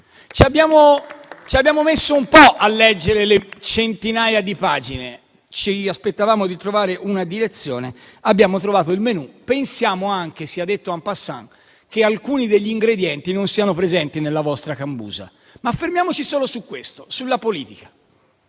Ci abbiamo messo un po' a leggere le centinaia di pagine. Ci aspettavamo di trovare una direzione, ma abbiamo trovato il menù; pensiamo anche - sia detto *en passant* - che alcuni degli ingredienti non siano presenti nella vostra cambusa. Ma fermiamoci solo su questo, sulla politica.